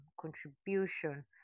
contribution